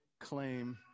claim